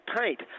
paint